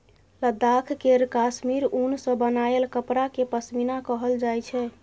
लद्दाख केर काश्मीर उन सँ बनाएल कपड़ा केँ पश्मीना कहल जाइ छै